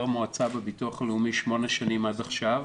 מועצה בביטוח הלאומי שמונה שנים עד עכשיו,